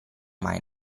mai